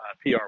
PR